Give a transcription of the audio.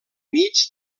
mig